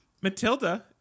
Matilda